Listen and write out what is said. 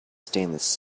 stainless